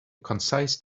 concise